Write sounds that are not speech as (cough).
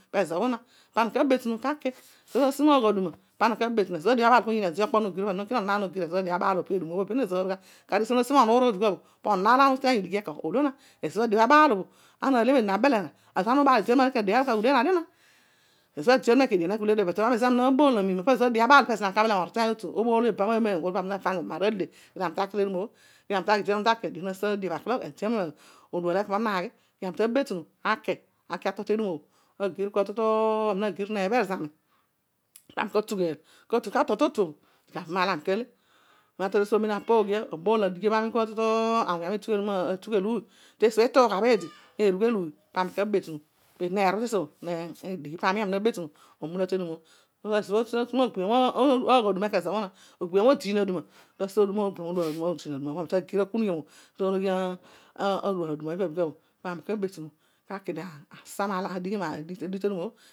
Pezobhō na, pana kabetunu kaki, asi moogh aduma, pana kabedunu. Ezobhō adiobhō abạal ō pedum obho benaan (unintelligible) siibha na si momuur obhō po onon aar ōlo uteiy odighi ekona ōolo na. Ezobho adio bho abaal o, ana na le median abele anon aar oolo na (unintelligible) ezobo ami nabōol amiim ō pezo lo aami kabele momol to tu ōbōol ibam ekana ōolō na kedio ami ta va median la mi ta le aki te dum obho ka ami ta betunu aki tedum ō, odual ekona pa mi naghi i kaami tabetunu aki atol tedum ōbhō agir kua tu tu pami ka tugheel katol to tu apooghia, paami katal ta dighi ōbhō tami tu tu awuny ami ketugheel te esi ituugha teedi amem eedi nenugheluy pami kabetunu ka ki tedum ōbho. (unintelligible) ogbiom ōdiin aduma bhaami tagir akunighi ōbhō (unintelligible) tagir akumughiour to loghi odual aduma ipabhō paami ka ki digha asa marạar digha adigh tedum ō.